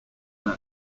then